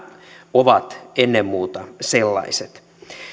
ovat ennen muuta sellaiset